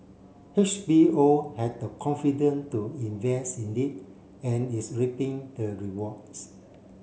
H B O had the confident to invest in it and is reaping the rewards